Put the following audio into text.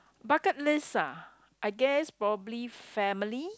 bucket list ah I guess probably family